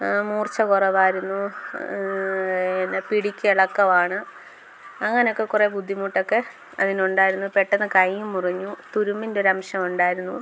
മൂർച്ച കുറവായിരുന്നു പിടിക്ക് ഇളക്കമാണ് അങ്ങനെയൊക്കെ കുറേ ബുദ്ധിമുട്ടൊക്കെ അതിനുണ്ടായിരുന്നു പെട്ടെന്ന് കൈ മുറിഞ്ഞു തുരുമ്പിൻ്റെ ഒരംശം ഉണ്ടായിരുന്നു